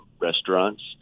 restaurants